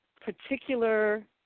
particular